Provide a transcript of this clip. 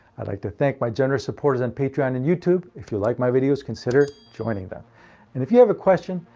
i'd like to thank my generous supporters on patreon and youtube. if you like my videos, consider jointing them. and if you have a question,